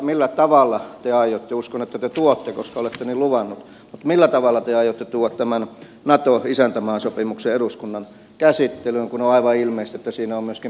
millä tavalla te aiotte tuoda uskon että te tuotte koska olette niin luvannut millä tavalla te aiotte tuo tämän nato isäntämaasopimuksen eduskunnan käsittelyyn kun on aivan ilmeistä että siinä on myöskin perustuslaillisia ongelmia